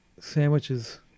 Sandwiches